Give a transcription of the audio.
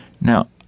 Now